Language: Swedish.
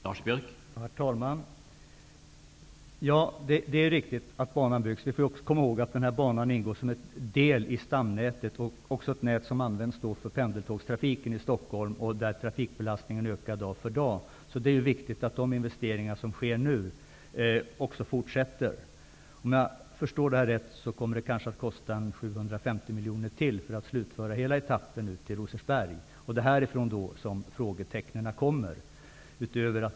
Herr talman! Det är riktigt att banan håller på att byggas. Den ingår som en del i stamnätet, som också används för pendeltågstrafiken i Stockholm, där trafikbelastningen ökar dag för dag. Det är därför viktigt att de investeringar som nu görs fortsätter. Om jag har förstått det hela rätt kommer det kanske att kosta ca 750 miljoner kronor till att slutföra hela etappen till Rosersberg. Det är därefter som frågetecknen hopar sig.